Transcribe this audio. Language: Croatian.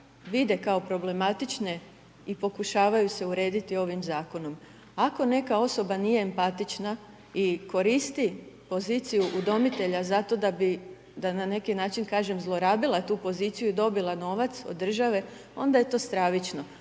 vide kao problematične i pokušavaju se urediti ovim Zakonom. Ako neka osoba nije empatična i koristi poziciju udomitelja zato da bi, da na neki način kažem, zlorabila tu poziciju, i dobila novac od države, onda je to stravično.